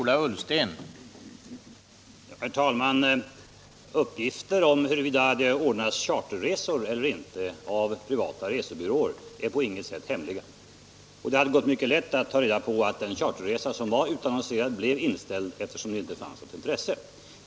Herr talman! Uppgifterna om huruvida det ordnas charterresor eller inte av privata resebyråer är på inget sätt hemliga. Det hade gått mycket lätt att ta reda på att den charterresa som var utannonserad blev inställd, eftersom det inte fanns något intresse för den.